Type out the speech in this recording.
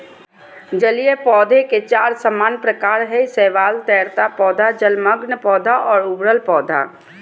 जलीय पौधे के चार सामान्य प्रकार हइ शैवाल, तैरता पौधा, जलमग्न पौधा और उभरल पौधा